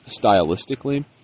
stylistically